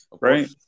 Right